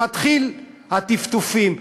שמתחילים הטפטופים.